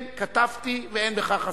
כן, כתבתי, ואין בכך הסתה.